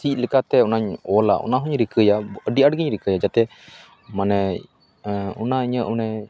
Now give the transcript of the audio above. ᱪᱮᱫ ᱞᱮᱠᱟ ᱛᱮ ᱚᱱᱟᱹᱧ ᱚᱞᱟ ᱚᱱᱟ ᱦᱚᱧ ᱨᱤᱠᱟᱹᱭᱟ ᱟᱹᱰᱤ ᱟᱸᱴ ᱨᱤᱠᱟᱹᱭᱟ ᱡᱟᱛᱮ ᱢᱟᱱᱮ ᱚᱱᱟ ᱤᱧᱟᱹᱜ ᱚᱱᱮ